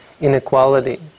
inequality